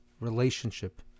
relationship